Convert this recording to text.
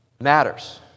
matters